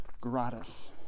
gratis